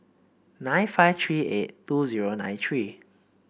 nine five three eight two zero nine three